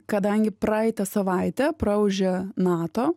kadangi praeitą savaitę praūžė nato